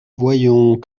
voyons